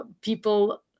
people